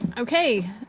okay.